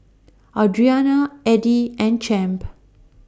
Audriana Eddy and Champ